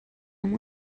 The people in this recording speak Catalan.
amb